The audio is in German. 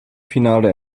finale